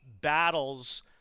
battles